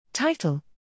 Title